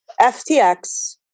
FTX